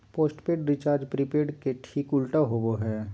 postpaid recharge prepaid के ठीक उल्टा होबो हइ